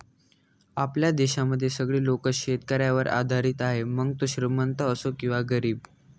आपल्या देशामध्ये सगळे लोक शेतकऱ्यावर आधारित आहे, मग तो श्रीमंत असो किंवा गरीब